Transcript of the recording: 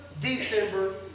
December